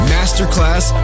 Masterclass